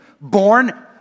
Born